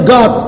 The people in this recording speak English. God